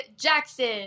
Jackson